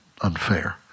unfair